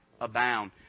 abound